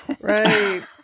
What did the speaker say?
right